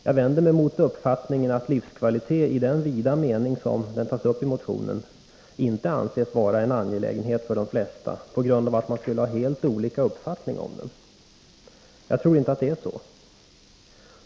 Jag vänder mig mot uppfattningen att livskvalitet i motionens vida mening inte kan anses vara en angelägenhet för de flesta på grund av att det skulle finnas helt olika meningar om livskvalitet. Jag tror inte att det förhåller sig så.